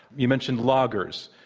you mentioned loggers.